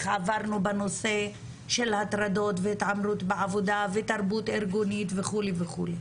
עברנו בנושא של הטרדות והתעמרות בעבודה ותרבות ארגונית וכו' וכו',